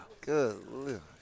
Good